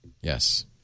Yes